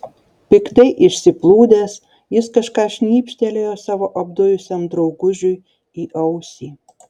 piktai išsiplūdęs jis kažką šnypštelėjo savo apdujusiam draugužiui į ausį